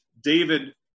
David